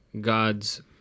God's